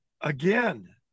again